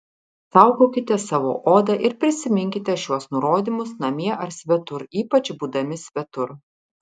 saugokite savo odą ir prisiminkite šiuos nurodymus namie ar svetur ypač būdami svetur